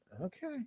Okay